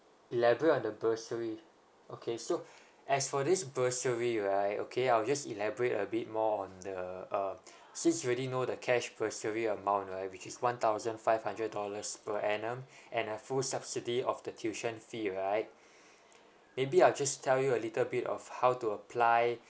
elaborate on the bursary okay so as for this bursary right okay I'll just elaborate a bit more on the uh since you already know the cash bursary amount right which is one thousand five hundred dollars per annum and a full subsidy of the tuition fee right maybe I'll just tell you a little bit of how to apply